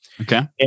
okay